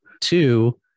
Two